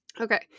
Okay